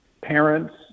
parents